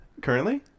Currently